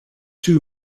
two